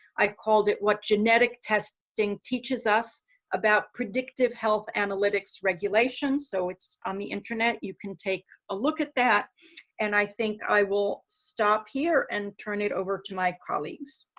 i called it what genetic testing teaches us about predictive health analytics regulations. so it's on the internet, you can take a look at that and i think i will stop here and turn it over to my colleagues.